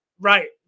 Right